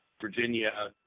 Virginia